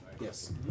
yes